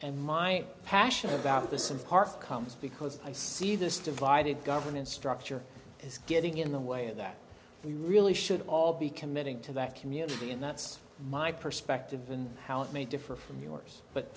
and my passion about this in part comes because i see this divided governance structure is getting in the way of that we really should all be committing to that community and that's my perspective and how it may differ from yours but